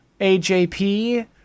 AJP